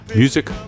music